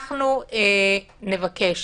אנחנו נבקש